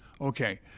Okay